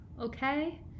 okay